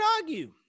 argue